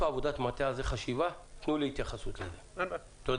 מתוך עניין החקיקה תעשו על זה עבודת מטה וחשיבה ותנו לי התייחסות לזה.